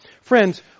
Friends